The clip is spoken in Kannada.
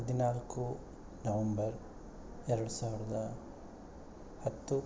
ಹದಿನಾಲ್ಕು ನವೆಂಬರ್ ಎರಡು ಸಾವಿರದ ಹತ್ತು